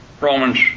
Romans